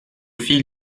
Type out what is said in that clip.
fil